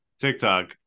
TikTok